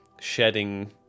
shedding